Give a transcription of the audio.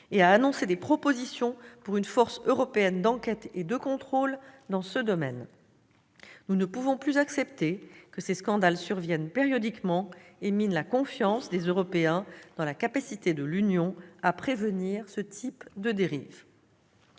et a annoncé des propositions pour une force européenne d'enquête et de contrôle dans ce domaine. Nous ne pouvons plus accepter que des scandales surviennent périodiquement et minent la confiance des Européens dans la capacité de l'Union à prévenir ce type de dérives.